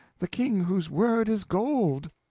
the king whose word is gold!